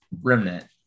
Remnant